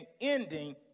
ending